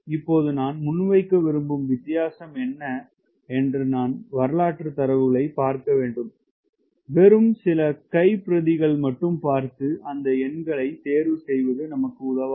இப்போது நான் முன்வைக்க விரும்பும் வித்தியாசம் என்ன என்று நான் வரலாற்று தரவுகளை பார்க்க வேண்டும் வெறும் சில கைப்பிரதிகள் மட்டும் பார்த்து அந்த எண்களை தேர்வு செய்வது நமக்கு உதவாது